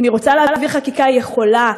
אם היא רוצה להביא חקיקה, היא יכולה.